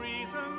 reason